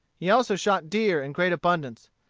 he also shot deer in great abundance.